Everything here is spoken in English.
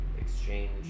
exchange